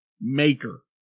maker